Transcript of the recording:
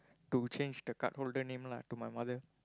to change the cardholder name lah to my mother